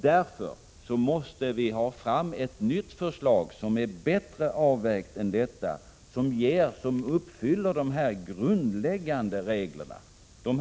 Därför måste vi få fram ett nytt förslag, som är bättre avvägt och som uppfyller detta grundläggande krav.